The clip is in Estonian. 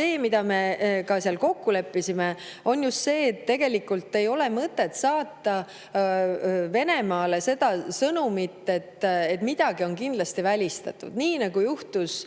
See, mida me seal kokku leppisime, on just see, et tegelikult ei ole mõtet saata Venemaale sõnumit, et midagi on kindlasti välistatud, nii nagu juhtus